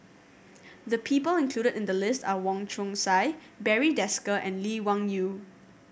the people included in the list are Wong Chong Sai Barry Desker and Lee Wung Yew